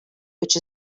which